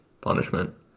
punishment